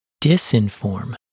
disinform